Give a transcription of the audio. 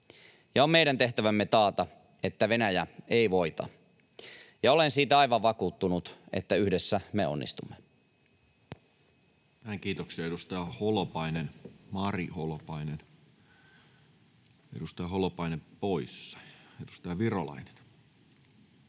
on meidän tehtävämme taata, että Venäjä ei voita. Olen siitä aivan vakuuttunut, että yhdessä me onnistumme.